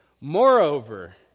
Moreover